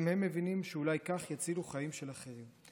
גם הם מבינים שאולי כך יצילו חיים של אחרים.